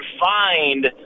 find